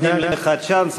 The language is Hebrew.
אנחנו נותנים לך צ'אנס,